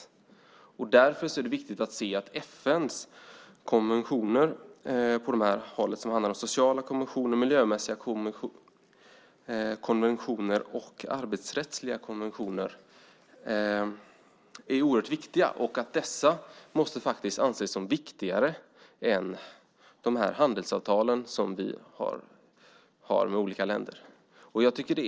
Det är därför viktigt att se att FN:s konventioner på dessa områden, sociala konventioner, miljökonventioner och arbetsrättsliga konventioner, är mycket viktiga och måste anses som viktigare än de handelsavtal som vi har med olika länder.